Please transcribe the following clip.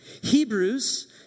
Hebrews